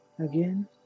Again